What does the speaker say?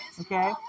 Okay